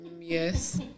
Yes